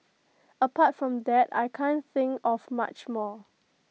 apart from that I can't think of much more